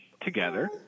together